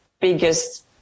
biggest